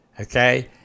Okay